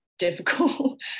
difficult